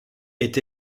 est